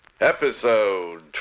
episode